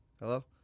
Hello